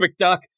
McDuck